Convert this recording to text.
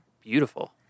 beautiful